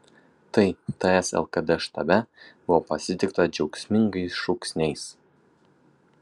tai ts lkd štabe buvo pasitikta džiaugsmingais šūksniais